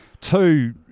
two